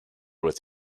with